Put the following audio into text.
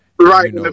Right